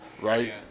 right